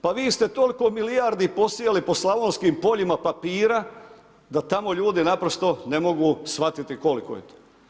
Pa vi ste toliko milijardi posijali po slavonskim poljima papira da tamo ljudi naprosto ne mogu shvatiti koliko je to.